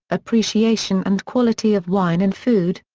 appreciation and quality of wine and food,